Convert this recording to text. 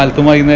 ah the way